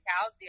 cows